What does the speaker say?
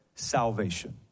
salvation